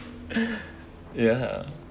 ya